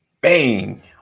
Bang